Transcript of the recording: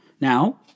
Now